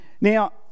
now